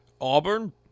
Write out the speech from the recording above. Auburn